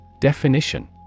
Definition